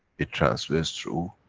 it transfers through,